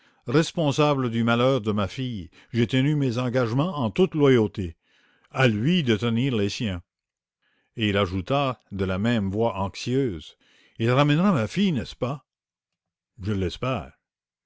responsable du malheur de ma fille j'ai tenu mes engagements en toute loyauté à lui de tenir les siens et il ajouta la voix anxieuse ii ramènera ma fille n'est-ce pas je l'espère